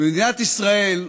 במדינת ישראל,